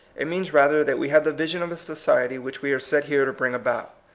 it means rather that we have the vision of a society which we are set here to bring about.